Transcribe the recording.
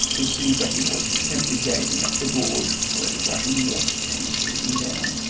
to see that he was intently gazing up the gorge where the rushing water came seething down,